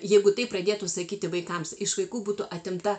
jeigu taip pradėtų sakyti vaikams iš vaikų būtų atimta